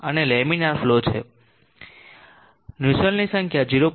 અને લેમિનરનો ફલો છે નુસેલ્ટની સંખ્યા 0